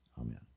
amen